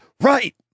right